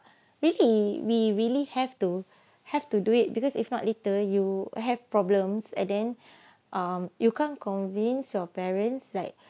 really we really have to have to do it because if not later you have problems and then um you can't convince your parents like